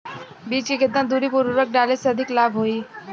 बीज के केतना दूरी पर उर्वरक डाले से अधिक लाभ होई?